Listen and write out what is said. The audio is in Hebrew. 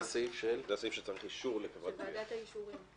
זה הסעיף של ועדת האישורים.